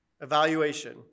Evaluation